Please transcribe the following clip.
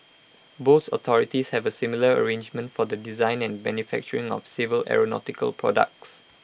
both authorities have A similar arrangement for the design and manufacturing of civil aeronautical products